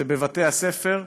זה בבתי-הספר,